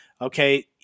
Okay